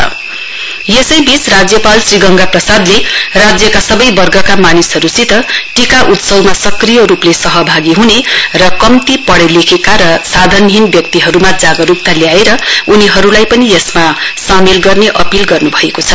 governor appeal यसैबीच राज्यपाल श्री गंगा प्रसादले राज्यका सबै वर्गका मानिसहरुसित टीका उत्सवमा सक्रिय रुपले सहभागी हुने र कम्ती पढ्ने लेखेका र लाधनहीन व्यक्तिहरुमा जागरुकता ल्याएर उनीहरुलाई पनि यसमा सामेल गर्ने अपील गर्नु भएको छ